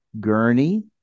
Gurney